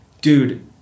dude